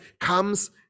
comes